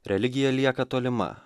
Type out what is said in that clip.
religija lieka tolima